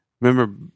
remember